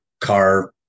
car